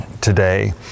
today